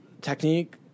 technique